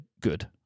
good